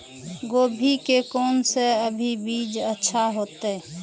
गोभी के कोन से अभी बीज अच्छा होते?